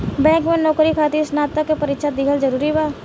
Bank में नौकरी खातिर स्नातक के परीक्षा दिहल जरूरी बा?